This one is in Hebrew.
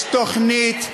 יש תוכנית,